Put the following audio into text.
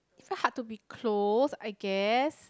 quite hard to be closed I guess